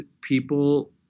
people